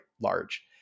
large